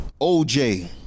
OJ